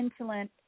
insulin